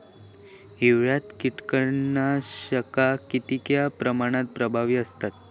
हिवाळ्यात कीटकनाशका कीतक्या प्रमाणात प्रभावी असतत?